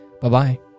Bye-bye